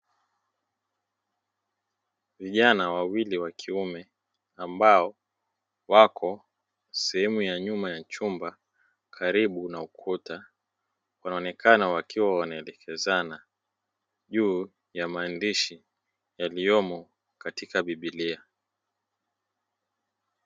Vijana wawili wa kiume ambao wapo sehemu ya nyuma ya chumba karibu ya ukuta, wanaonekana wakiwa wanaelekezana juu ya mahandishi yaliyomo katika bibilia.